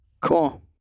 Cool